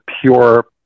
pure